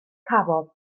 cafodd